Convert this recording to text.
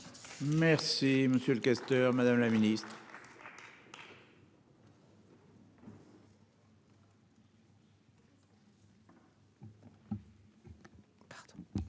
Merci monsieur le questeur Madame la Ministre.